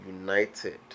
United